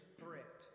threat